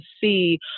see